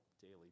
daily